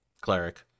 cleric